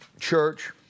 church